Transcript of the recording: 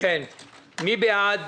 מי בעד